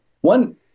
One